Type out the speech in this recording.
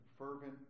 fervent